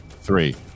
three